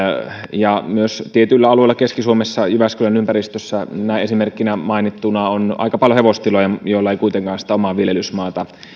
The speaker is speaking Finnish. ja myös tietyillä alueilla keski suomessa jyväskylän ympäristössä näin esimerkkinä mainittuna on aika paljon hevostiloja joilla ei kuitenkaan sitä omaa viljelysmaata